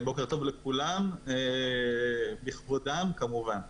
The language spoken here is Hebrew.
בוקר טוב לכולם בכבודם, כמובן.